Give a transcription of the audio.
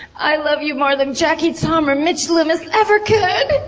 i love you more that jackie tom or mitch lumis ever could!